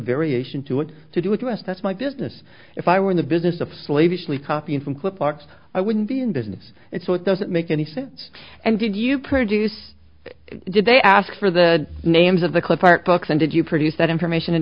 variation to what to do with us that's my business if i were in the business of slave usually copying from clip parts i wouldn't be in business and so it doesn't make any sense and did you produce did they ask for the names of the clip art books and did you produce that information